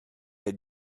had